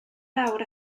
fawr